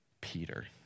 Peter